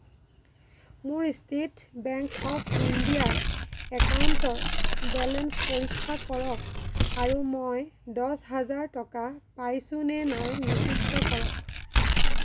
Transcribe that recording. মোৰ ষ্টেট বেংক অৱ ইণ্ডিয়াৰ একাউণ্টৰ বেলেঞ্চ পৰীক্ষা কৰক আৰু মই দহ হাজাৰ টকা পাইছোঁ নে নাই নিশ্চিত কৰক